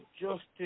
justice